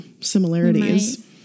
similarities